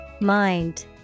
Mind